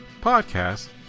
podcast